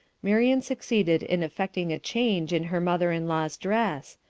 marian succeeded in effecting a change in her mother-in-law's dress,